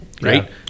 right